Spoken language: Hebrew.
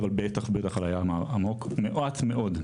אבל בטח ובטח על הים העמוק מעט מאוד.